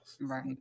Right